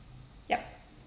yup